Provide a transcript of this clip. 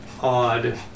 odd